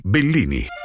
Bellini